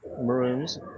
Maroons